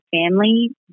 family